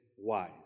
wise